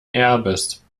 erbes